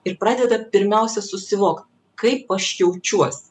ir pradeda pirmiausia susivokt kaip aš jaučiuos